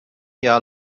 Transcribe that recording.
jahr